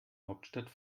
hauptstadt